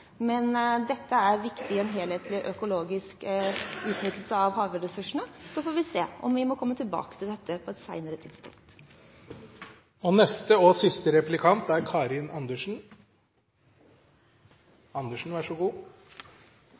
Men dette er viktig i en helhetlig økologisk utnyttelse av havressursene, så vi får se om vi må komme tilbake til dette på et senere tidspunkt.